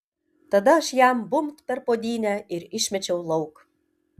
tada aš jam bumbt per puodynę ir išmečiau lauk